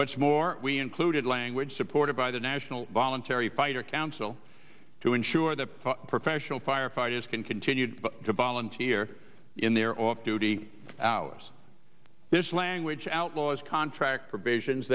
what's more we included language supported by the national voluntary fighter council to ensure that professional firefighters can continue to volunteer in their off duty hours this language outlaws contract provisions